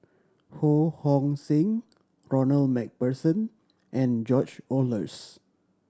Ho Hong Sing Ronald Macpherson and George Oehlers